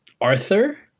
Arthur